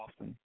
often